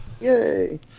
Yay